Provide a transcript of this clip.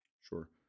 Sure